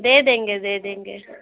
दे देंगे दे देंगे